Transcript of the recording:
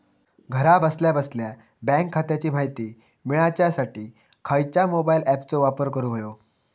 घरा बसल्या बसल्या बँक खात्याची माहिती मिळाच्यासाठी खायच्या मोबाईल ॲपाचो वापर करूक होयो?